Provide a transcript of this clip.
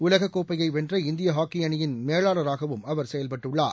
உலகப் கோப்பையைவென்ற இந்தியஹாக்கிஅணியின் மேலாளராகவும் அவர் செயல்பட்டுள்ளார்